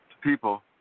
people